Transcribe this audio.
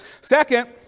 Second